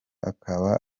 akaba